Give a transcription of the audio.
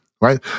right